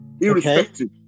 irrespective